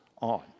on